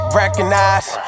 recognize